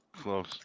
Close